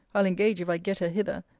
i'll engage, if i get her hither,